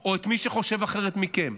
או את מי שחושב אחרת מכם?